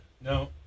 No